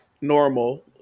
normal